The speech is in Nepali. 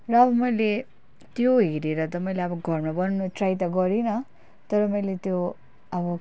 र अब मैले त्यो हेरेर त मैले अब घरमा बनाउनु ट्राई त गरिनँ तर मैले त्यो अब